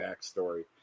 backstory